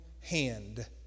hand